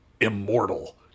immortal